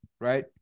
right